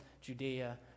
Judea